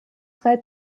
drei